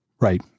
Right